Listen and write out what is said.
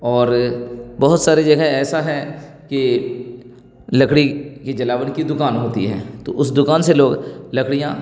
اور بہت ساری جگہ ایسا ہیں کہ لکڑی کی جلاون کی دکان ہوتی ہے تو اس دکان سے لوگ لکڑیاں